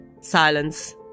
Silence